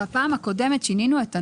בפעם הקודמת שינינו את הנוסח.